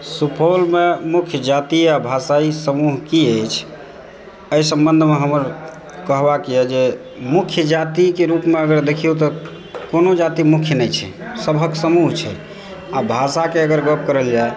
सुपौलमे मुख्य जातीय आ भाषाइ समूह की अछि एहि सम्बन्धमे हमर कहबाक यऽ जे मुख्य जातिके रूपमे अगर देखियौ तऽ कोनो जति मुख्य नहि छै सबहक समूह छै आ भाषाके अगर गप करल जाए